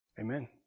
Amen